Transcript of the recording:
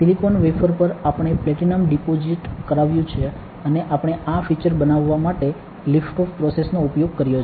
silicon wafer પર આપણે platinum deposit કરાવ્યું છે અને આપણે આ ફીચર્સ બનાવવા માટે લિફ્ટ ઑફ પ્રોસેસ નો ઉપયોગ કર્યો છે